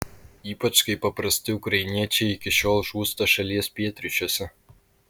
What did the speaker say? ypač kai paprasti ukrainiečiai iki šiol žūsta šalies pietryčiuose